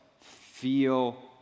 feel